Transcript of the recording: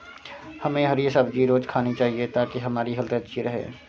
हमे हरी सब्जी रोज़ खानी चाहिए ताकि हमारी हेल्थ अच्छी रहे